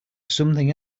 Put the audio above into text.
something